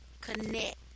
connect